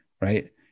right